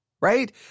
right